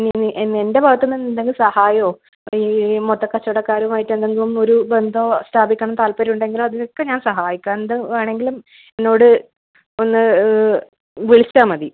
ഇനി എൻ്റെ ഭാഗത്തുനിന്നെന്തെങ്കിലും സഹായമോ ഈ മൊത്തക്കച്ചവടക്കാരുമായിട്ട് എന്തെങ്കിലും ഒരു ബന്ധമോ സ്ഥാപിക്കണം എന്ന് താല്പര്യമുണ്ടെങ്കിൽ അതിനൊക്കെ ഞാൻ സഹായിക്കാം എന്ത് വേണമെകിലും എന്നോട് ഒന്ന് വിളിച്ചാൽ മതി